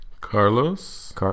Carlos